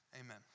amen